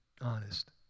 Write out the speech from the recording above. honest